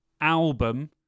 album